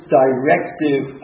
directive